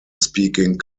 speaking